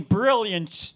brilliance